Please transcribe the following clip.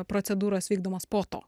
procedūros vykdomos po to